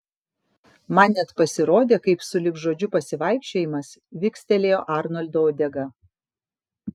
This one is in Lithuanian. man net pasirodė kaip sulig žodžiu pasivaikščiojimas vikstelėjo arnoldo uodega